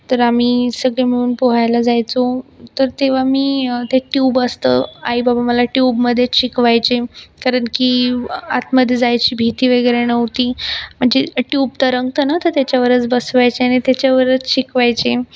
तर आम्ही सगळे मिळून पोहायला जायचो तर तेव्हा मी ते एक ट्यूब असतं आईबाबा मला ट्यूबमधेच शिकवायचे कारण की आतमध्ये जायची भीती वगेरे नव्हती म्हणजे ट्यूब तरंगत न त्याच्यावरच बसवायचे आणि त्याच्यावरच शिकवायचे